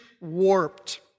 warped